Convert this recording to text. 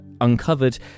uncovered